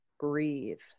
Breathe